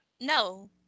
No